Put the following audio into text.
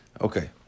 Okay